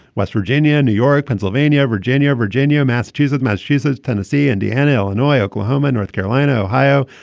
west virginia, new york, pennsylvania. virginia, virginia. massachusetts, massachusetts. tennessee, indiana, illinois, oklahoma, north carolina, ohio,